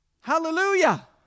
Hallelujah